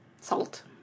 Salt